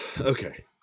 Okay